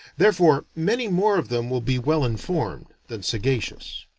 therefore many more of them will be well-informed than sagacious.